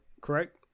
Correct